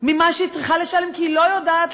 ממה שהיא צריכה לשלם, כי היא לא יודעת